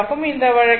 இந்த வழக்கில் கே